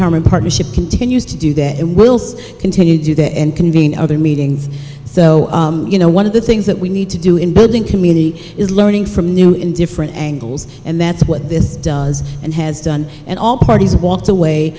empowerment partnership continues to do that and we'll see continue to do that and convene other meetings so you know one of the things that we need to do in building community is learning from new in different angles and that's what this does and has done and all parties walked away